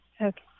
Okay